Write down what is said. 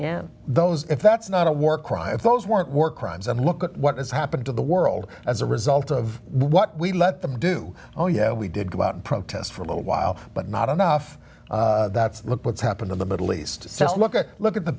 yann those if that's not a war crime if those weren't war crimes i mean look at what has happened to the world as a result of what we let them do oh yeah we did go out and protest for a little while but not enough that's look what's happened in the middle east tell look at look at the